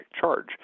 charge